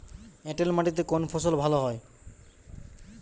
এঁটেল মাটিতে কোন ফসল ভালো হয়?